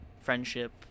friendship